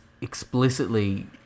explicitly